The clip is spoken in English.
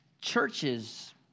churches